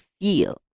feel